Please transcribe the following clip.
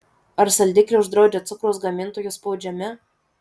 ar saldiklį uždraudžia cukraus gamintojų spaudžiami